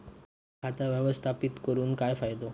खाता व्यवस्थापित करून काय फायदो?